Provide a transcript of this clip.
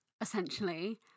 essentially